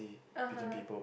(uh huh)